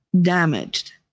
damaged